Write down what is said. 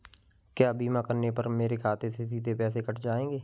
क्या बीमा करने पर मेरे खाते से सीधे पैसे कट जाएंगे?